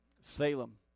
Salem